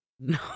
No